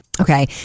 okay